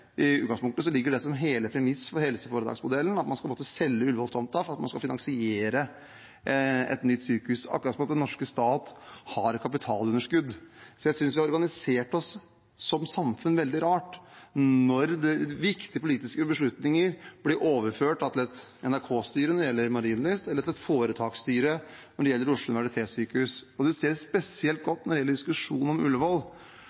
ligger det i utgangspunktet som premiss for helseforetaksmodellen at man skal måtte selge Ullevål-tomta for å finansiere et nytt sykehus. Akkurat som om den norske stat har et kapitalunderskudd. Jeg synes vi som samfunn har organisert oss veldig rart når viktige politiske beslutninger blir overført til et NRK-styre, når det gjelder Marienlyst, eller til et foretaksstyre, når det gjelder Oslo universitetssykehus. Man ser det spesielt godt når det gjelder diskusjonen om Ullevål,